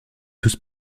douze